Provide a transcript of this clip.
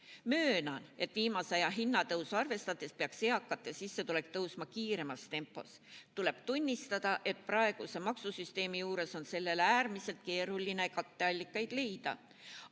Möönan, et viimase aja hinnatõusu arvestades peaks eakate sissetulek tõusma kiiremas tempos. Tuleb tunnistada, et praeguse maksusüsteemi juures on sellele äärmiselt keeruline katteallikaid leida.